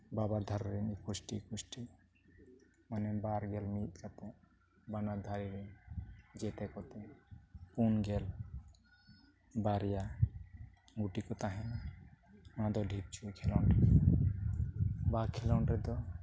ᱵᱟᱱᱟᱨ ᱫᱷᱟᱨᱮ ᱨᱮᱱ ᱮᱠᱩᱥᱴᱤ ᱮᱠᱩᱥᱴᱤ ᱢᱟᱱᱮ ᱵᱟᱨᱜᱮᱞ ᱢᱤᱫ ᱠᱟᱛᱮᱫ ᱵᱟᱱᱟᱨ ᱫᱷᱟᱨᱮ ᱨᱮᱱ ᱡᱚᱛᱚ ᱠᱚᱛᱮ ᱯᱩᱱ ᱜᱮᱞ ᱵᱟᱨᱭᱟ ᱜᱩᱴᱤ ᱠᱚ ᱛᱟᱦᱮᱱᱟ ᱚᱱᱟᱫᱚ ᱰᱷᱤᱯᱪᱩᱭ ᱠᱷᱮᱞᱳᱰ ᱵᱟ ᱠᱷᱮᱞᱳᱰ ᱨᱮᱫᱚ